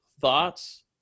thoughts